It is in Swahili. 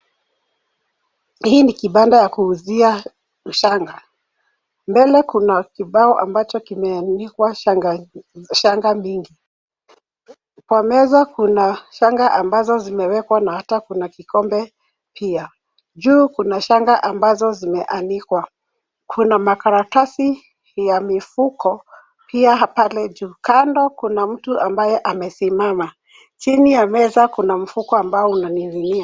Hii ni kibanda ya kuuzia shanga. Mbele kuna kibao ambacho kimeanikwa shanga mingi. Kwa meza kuna shanga ambazo zimewekwa na hata kuna kikombe pia. Juu kuna shanga ambazo zimeanikwa. Kuna makaratasi ya mifuko pia pale juu. Kando kuna mtu ambaye amesimama. Chini ya meza kuna mfuko ambao unaning'inia.